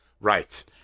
Right